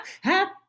happy